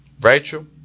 Rachel